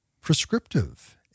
prescriptive